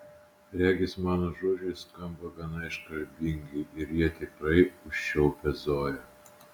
regis mano žodžiai skamba gana iškalbingai ir jie tikrai užčiaupia zoją